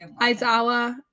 aizawa